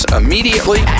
immediately